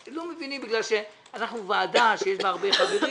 לא מבינים בגלל שאנחנו ועדה שיש בה הרבה חברים,